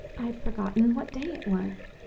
i had forgotten what day it was.